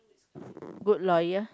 good lawyer